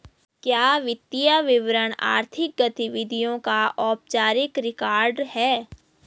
क्या वित्तीय विवरण आर्थिक गतिविधियों का औपचारिक रिकॉर्ड है?